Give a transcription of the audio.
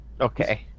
Okay